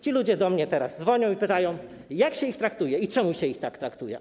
Ci ludzie do mnie teraz dzwonią i mówią, jak się ich traktuje, i pytają, czemu się ich tak traktuje.